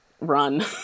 run